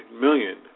million